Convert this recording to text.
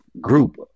group